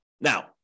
Now